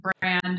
brand